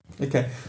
Okay